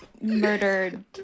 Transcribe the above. murdered